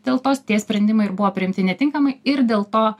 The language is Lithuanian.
dėl tos tie sprendimai ir buvo priimti netinkamai ir dėl to